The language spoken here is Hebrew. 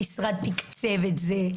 המשרד תקצב את זה,